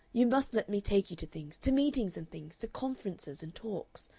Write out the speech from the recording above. you must let me take you to things to meetings and things, to conferences and talks.